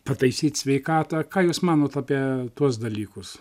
pataisyt sveikatą ką jūs manot apie tuos dalykus